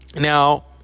Now